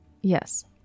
Yes